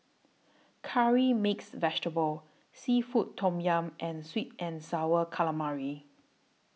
Curry Mixed Vegetable Seafood Tom Yum and Sweet and Sour Calamari